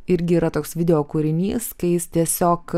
irgi yra toks video kūrinys kai jis tiesiog